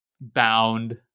bound